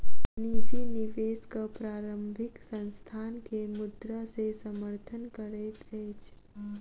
निजी निवेशक प्रारंभिक संस्थान के मुद्रा से समर्थन करैत अछि